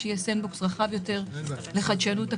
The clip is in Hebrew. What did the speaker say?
שיהיה Sand box רחב יותר לחדשנות אקלימית.